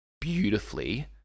beautifully